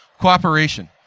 cooperation